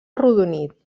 arrodonit